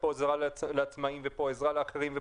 עזרה לעצמאים ועזרה לאחרים,